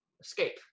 escape